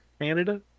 Canada